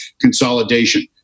Consolidation